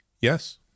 Yes